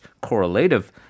correlative